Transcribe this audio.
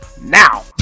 now